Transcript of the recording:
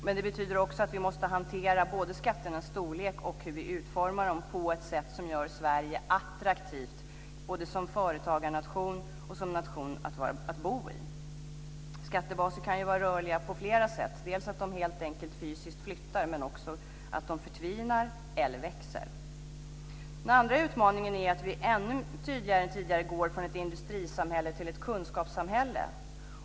Men det betyder också att vi måste hantera både skatternas storlek och hur vi utformar dem på ett sätt som gör Sverige attraktivt både som företagarnation och som nation att bo i. Skattebaser kan ju vara rörliga på flera sätt, dels att de helt enkelt fysiskt flyttar, dels att de förtvinar eller växer. Den andra utmaningen är att vi ännu tydligare än tidigare går från ett industrisamhälle till ett kunskapssamhälle.